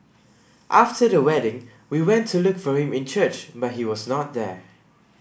after the wedding we went to look for him in church but he was not there